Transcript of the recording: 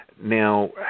Now